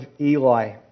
Eli